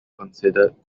considered